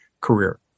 career